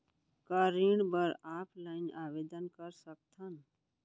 का ऋण बर ऑफलाइन आवेदन कर सकथन?